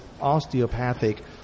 osteopathic